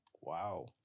Wow